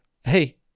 Hey